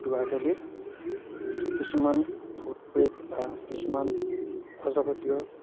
দুৱাৰডলিত কিছুমান ভূত প্ৰেত বা কিছুমান অজাগতীয়